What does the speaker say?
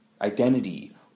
identity